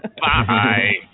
Bye